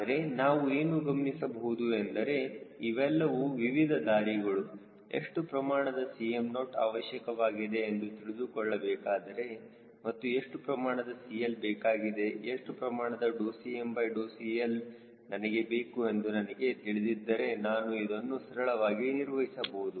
ಆದರೆ ನಾವು ಏನು ಗಮನಿಸಬಹುದು ಎಂದರೆ ಇವೆಲ್ಲವೂ ವಿವಿಧ ದಾರಿಗಳು ಎಷ್ಟು ಪ್ರಮಾಣದ Cm0 ಅವಶ್ಯಕವಾಗಿದೆ ಎಂದು ತಿಳಿದುಕೊಳ್ಳಬೇಕಾದರೆ ಮತ್ತು ಎಷ್ಟು ಪ್ರಮಾಣದ CL ಬೇಕಾಗಿದೆ ಎಷ್ಟು ಪ್ರಮಾಣದ CmCL ನನಗೆ ಬೇಕು ಎಂದು ನನಗೆ ತಿಳಿದಿದ್ದರೆ ನಾನು ಇದನ್ನು ಸರಳವಾಗಿ ನಿರ್ವಹಿಸಬಹುದು